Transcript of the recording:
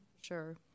Sure